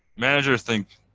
managers think